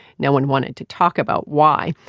no one wanted to talk about why,